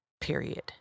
Period